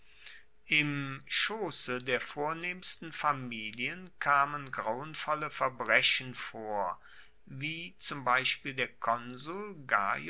im schosse der vornehmsten familien kamen grauenvolle verbrechen vor wie zum beispiel der konsul